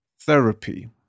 therapy